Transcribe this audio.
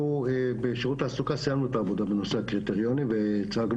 אנחנו בשירות התעסוקה סיימנו את העבודה בנושא הקריטריונים והצגנו,